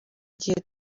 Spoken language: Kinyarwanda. gihe